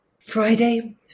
Friday